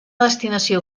destinació